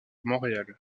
montréal